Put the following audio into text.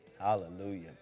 Hallelujah